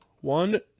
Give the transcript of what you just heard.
one